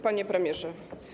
Panie Premierze!